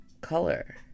color